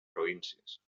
províncies